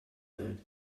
lived